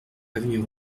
avenue